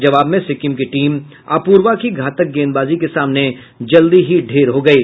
जवाब में सिक्किम की टीम अपूर्वा की घातक गेंदबाजी के सामने जल्दी ही ढ़ेर हो गयी